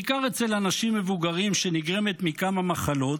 בעיקר אצל אנשים מבוגרים, שנגרמת מכמה מחלות,